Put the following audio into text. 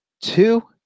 Two